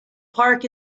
park